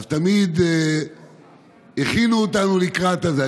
אז תמיד הכינו אותנו לקראת זה.